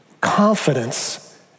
confidence